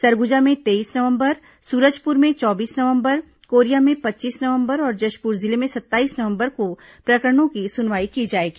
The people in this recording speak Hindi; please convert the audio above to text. सरगुजा में तेईस नवंबर सूरजपुर में चौबीस नवंबर कोरिया में पच्चीस नवंबर और जशपुर जिले में सत्ताईस नवंबर को प्रकरणो की सुनवाई की जाएगी